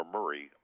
Murray